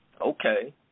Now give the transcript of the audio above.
okay